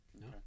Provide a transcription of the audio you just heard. No